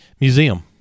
Museum